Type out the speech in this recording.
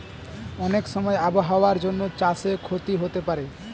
অনেক সময় আবহাওয়ার জন্য চাষে ক্ষতি হতে পারে